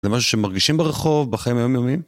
זה משהו שמרגישים ברחוב בחיים היומיומיים?